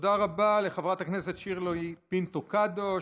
תודה רבה לחברת הכנסת שירלי פינטו קדוש.